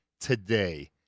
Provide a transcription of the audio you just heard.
today